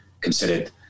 considered